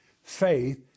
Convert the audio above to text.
faith